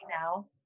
now